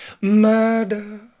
murder